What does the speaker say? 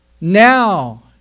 Now